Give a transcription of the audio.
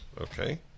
Okay